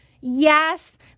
Yes